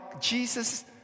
Jesus